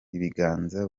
biganza